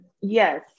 Yes